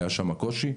היה שם קושי,